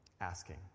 asking